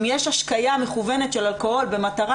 אם יש השקיה מכוונת של אלכוהול במטרה